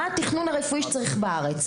ומה התכנון הרפואי שצריך בארץ.